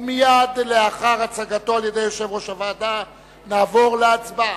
ומייד לאחר הצגתו על-ידי יושב-ראש הוועדה נעבור להצבעה.